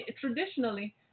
Traditionally